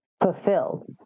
fulfilled